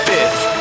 Fifth